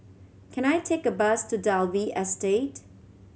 can I take a bus to Dalvey Estate